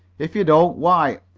if you don't, why,